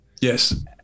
Yes